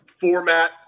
format